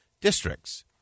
districts